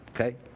Okay